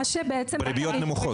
בריביות נמוכות.